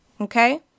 okay